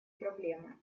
проблемы